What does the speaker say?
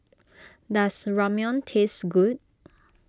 does Ramyeon taste good